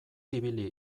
ibili